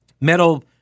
metal